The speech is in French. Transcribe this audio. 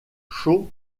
chaud